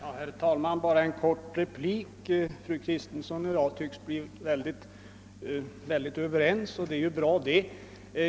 Herr talman! Bara en kort replik. Fru Kristensson och jag tycks bli alltmer överens, och det är ju bra.